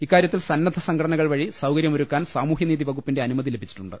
ഇക്കാര്യത്തിൽ സന്നദ്ധ സംഘ ടനകൾ വഴി സൌകര്യമൊരുക്കാൻ സാമൂഹ്യനീതി വകുപ്പിന്റെ അനു മതി ലഭിച്ചിട്ടുണ്ട്